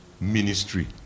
ministry